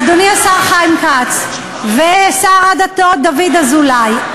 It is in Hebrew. אדוני השר חיים כץ ושר הדתות דוד אזולאי,